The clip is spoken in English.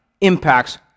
impacts